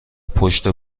پشت